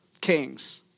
kings